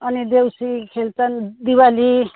अनि देउसी खेल्छन् दीपावली